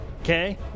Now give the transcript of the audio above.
Okay